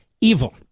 Evil